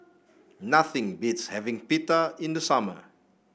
nothing beats having Pita in the summer